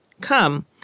come